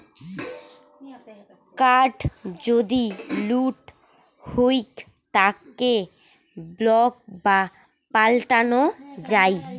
card যদি লুট হউক তাকে ব্লক বা পাল্টানো যাই